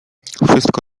wszystko